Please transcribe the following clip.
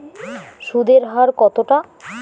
সুদের হার কতটা?